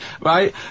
right